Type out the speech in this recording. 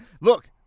Look